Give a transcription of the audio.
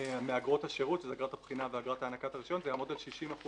מאגרות השירות אגרת הבחינה ואגרת הענקת הרישיון זה יעמוד על 60%